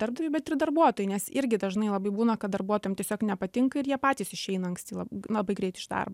darbdaviui bet ir darbuotojui nes irgi dažnai labai būna kad darbuotojam tiesiog nepatinka ir jie patys išeina anksti la labai greit iš darbo